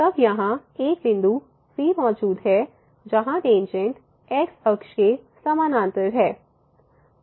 तब यहाँ एक बिंदु c मौजूद है जहाँ टेंजेंट x अक्ष के समानांतर है